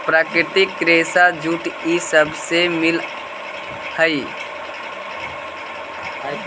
प्राकृतिक रेशा जूट इ सब से मिल हई